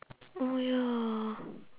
oh ya